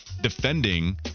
defending